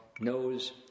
knows